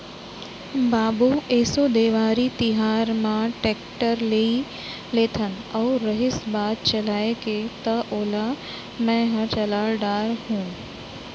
बाबू एसो देवारी तिहार म टेक्टर लेइ लेथन अउ रहिस बात चलाय के त ओला मैंहर चला डार हूँ